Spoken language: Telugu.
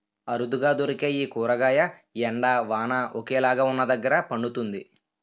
అరుదుగా దొరికే ఈ కూరగాయ ఎండ, వాన ఒకేలాగా వున్నదగ్గర పండుతుంది